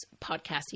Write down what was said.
podcasting